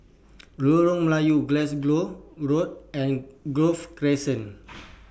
Lorong Melayu Glasgow Road and Grove Crescent